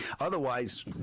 Otherwise